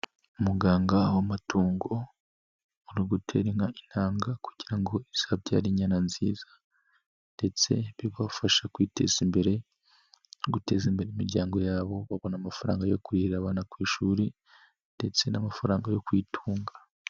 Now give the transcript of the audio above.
Umuganga aho amatungo ari ugutera inka intanga kugira ngo izabyare inyana nziza ndetse bibafasha kwiteza imbere, guteza imbere imiryango yabo babona amafaranga yo kurihira abana ku ishuri ndetse n'amafaranga yo kwitunga.